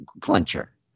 clincher